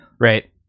right